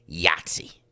Yahtzee